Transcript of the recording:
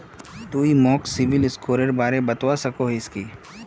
तुई मोक सिबिल स्कोरेर बारे बतवा सकोहिस कि?